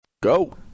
Go